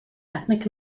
ethnic